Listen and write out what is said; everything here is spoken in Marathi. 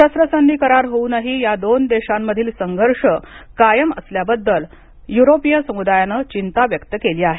शस्त्रसंधी करार होऊनही या दोन देशांमधील संघर्ष कायम असल्याबद्दल युरोपीय समुदायानं चिंता व्यक्त केली आहे